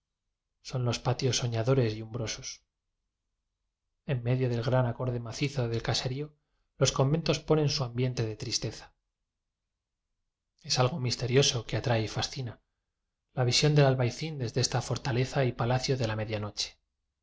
son los patios soñadores y umbrosos enmedio del gran acorde macizo del ca serío los conventos ponen su ambiente de tristeza es algo misterioso que atrae y fascina la visión del albayzín desde esta fortaleza y palacio de la